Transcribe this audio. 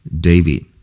David